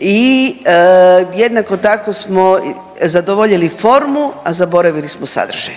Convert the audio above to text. I jednako tako smo zadovoljili formu, a zaboravili smo sadržaj.